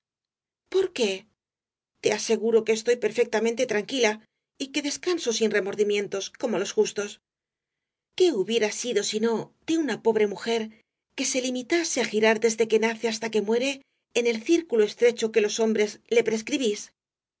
por qué te aseguro que estoy perfectamente tranquila y que descanso sin remordimientos como los justos qué hubiera sido si no de una pobre mujer que se limitase á girar desde que nace hasta que muere en el círculo estrecho que los hombres le prescribís